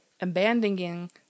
abandoning